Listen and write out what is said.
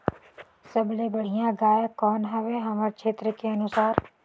सबले बढ़िया गाय कौन हवे हमर क्षेत्र के अनुसार?